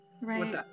Right